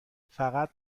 فقط